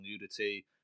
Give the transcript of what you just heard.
nudity